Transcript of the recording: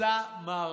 קריסה מערכתית.